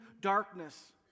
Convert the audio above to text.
darkness